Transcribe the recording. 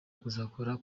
kuzakora